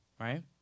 right